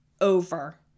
over